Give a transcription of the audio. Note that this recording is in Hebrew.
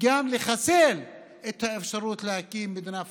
וגם לחסל את האפשרות להקים מדינה פלסטינית,